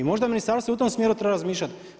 I možda ministarstvo i u tom smjeru treba razmišljati.